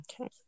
Okay